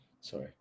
Sorry